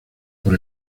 por